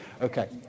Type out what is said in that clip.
Okay